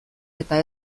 eta